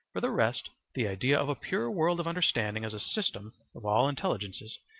for the rest, the idea of a pure world of understanding as a system of all intelligences,